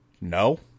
No